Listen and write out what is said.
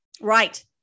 Right